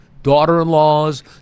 daughter-in-laws